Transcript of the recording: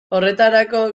horretarako